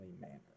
manner